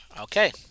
Okay